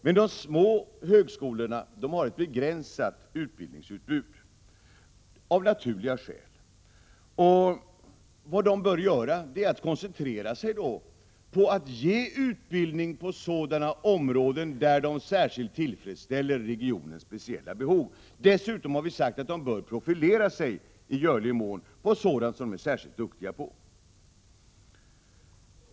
Men de små högskolorna har av naturliga skäl ett begränsat utbud. De bör alltså koncentrera sig på att ge utbildning på sådana områden där de särskilt tillfredsställer regionens speciella behov. Dessutom bör de i görlig mån profilera sig på sådant de är särskilt duktiga på.